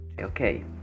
okay